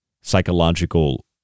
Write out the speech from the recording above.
psychological